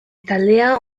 taldea